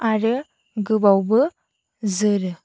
आरो गोबावबो जोरो